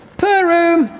per room,